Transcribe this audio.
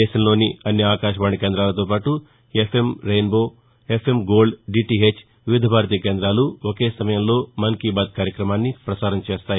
దేశంలోని అన్ని ఆకాశవాణి కేంద్రాలతోపాటు FM rainbow FM gold DTH Vividh Bharati కేందాలు ఒకే సమయంలో మన్ కీ బాత్ కార్యక్రమాన్ని పసారం చేస్తాయి